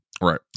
Right